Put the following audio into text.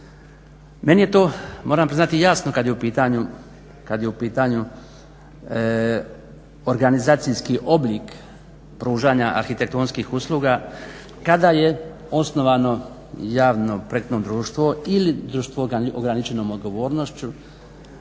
Meni je to moram priznati jasno kad je u pitanju organizacijski oblik pružanja arhitektonskih usluga. Kada je osnovano javno-projektno društvo ili društvo s ograničenom odgovornošću